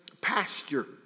pasture